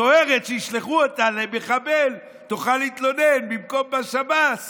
סוהרת שישלחו אותה למחבל תוכל להתלונן במקום בשב"ס